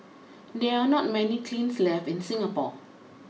there are not many kilns left in Singapore